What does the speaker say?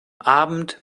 abend